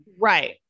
Right